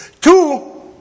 Two